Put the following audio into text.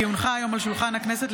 כי הונחו היום על שולחן הכנסת,